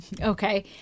Okay